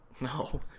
No